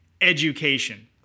education